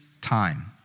time